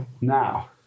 Now